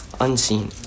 unseen